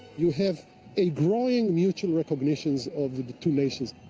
you have a growing mutual recognition of the two nations